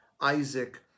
Isaac